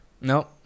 Nope